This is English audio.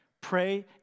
Pray